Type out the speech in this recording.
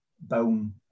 bone